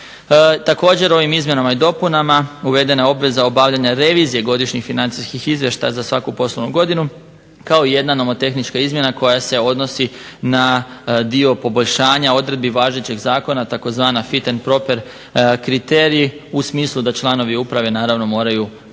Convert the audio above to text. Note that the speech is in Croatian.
Također, ovim izmjenama i dopunama uvedena je obveza obavljanja revizije godišnjih financijskih izvještaja za svaku poslovnu godinu, kao i jedna nomotehnička izmjena koja se odnosi na dio poboljšanja odredbi važećeg zakona tzv. fit and proper kriterij u smislu da članovi uprave naravno moraju zadovoljavati